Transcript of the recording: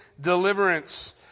deliverance